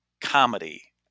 comedy